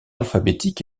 alphabétique